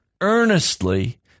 earnestly